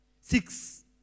six